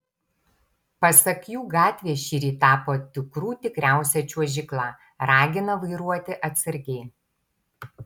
pasak jų gatvės šįryt tapo tikrų tikriausia čiuožykla ragina vairuoti atsargiai